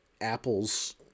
Apple's